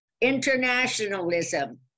internationalism